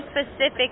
specific